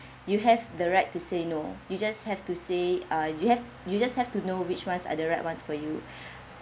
you have the right to say no you just have to say uh you have you just have to know which ones are the right ones for you